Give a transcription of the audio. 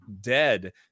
dead